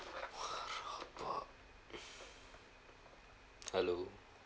hello